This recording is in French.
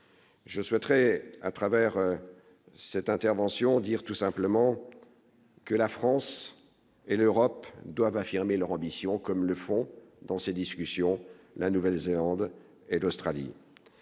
je souhaiterais à travers cette intervention dire tout simplement que la France et l'Europe doivent affirmer leur ambition, comme le font dans ces discussions, la Nouvelle-Zélande et l'Australie,